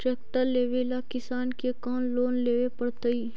Tractor लेवेला किसान के कौन लोन लेवे पड़तई?